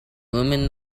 woman